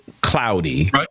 cloudy